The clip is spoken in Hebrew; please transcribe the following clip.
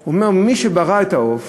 הוא אומר: מי שברא את העוף